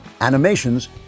Animations